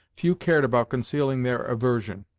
few cared about concealing their aversion.